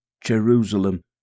Jerusalem